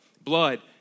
blood